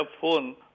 phone